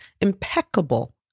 impeccable